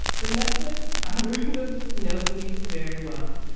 the netflix algorithm knows me very well.